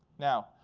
now,